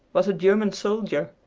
was a german soldier!